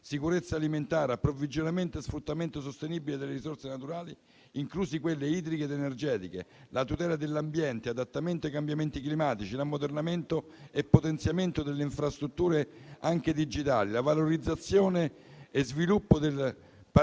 sicurezza alimentare; l'approvvigionamento e lo sfruttamento sostenibile delle risorse naturali, incluse quelle idriche ed energetiche; la tutela dell'ambiente, l'adattamento ai cambiamenti climatici, l'ammodernamento e il potenziamento delle infrastrutture, anche digitali; la valorizzazione e lo sviluppo del partenariato